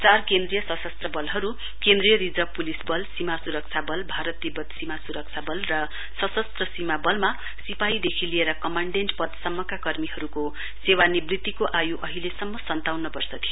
चार केन्द्रीय सशस्त्र बलहरू केन्द्रीय रिजर्भ पुलिस बल सीमा सुरक्षा बल भारत तिब्बत सीमा सुरक्षा बल र सशस्त्र सीमा बलमा सिपाहीदेखि लिएर कमाण्डेण्ट पदसम्मका कर्मीहरूको सेवानिवृत्तिको आयु अहिलेसम्म सन्ताउन्न वर्ष थियो